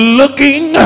looking